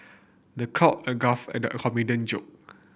the a guffawed at the joke